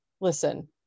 listen